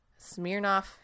Smirnoff